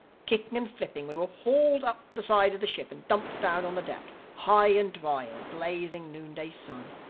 kicking and flipping we were hauled up the side of the ship and dumped down on the deck, high and dry in a blazing noon-day sun.